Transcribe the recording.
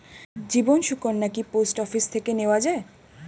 জীবন সুকন্যা কি post office থেকে নেওয়া যায়?